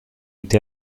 été